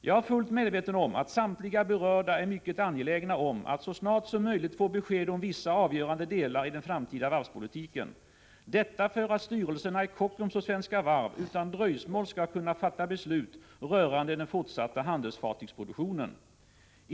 Jag är fullt medveten om att samtliga berörda är mycket angelägna om att så snart som möjligt få besked om vissa avgörande delar i den framtida varvspolitiken; detta för att styrelserna i Kockums och Svenska Varv utan dröjsmål skall kunna fatta beslut rörande den fortsatta handelsfartygsproduktionen.